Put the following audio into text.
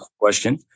question